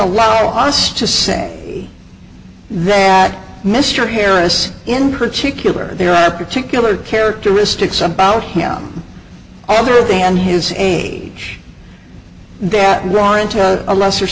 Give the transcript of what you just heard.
allow us to say that mr harris in particular there are particular characteristics about him either than his age that were into a lesser